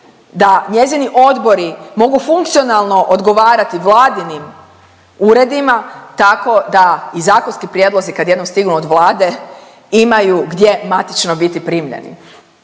da njezini odbori mogu funkcionalno odgovarati vladinim uredima tako da i zakonski prijedlozi kad jednom stignu od Vlade imaju gdje matično biti primljeni.